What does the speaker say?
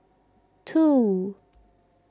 two